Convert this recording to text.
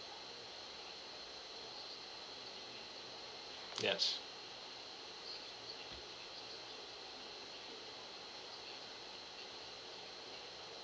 yes